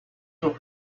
your